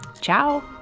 Ciao